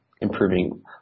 improving